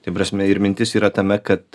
tai prasmė ir mintis yra tame kad